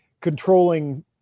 controlling